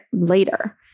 later